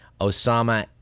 Osama